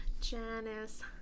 Janice